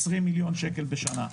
עשרים מיליון שקל בשנה.